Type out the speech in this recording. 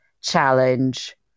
challenge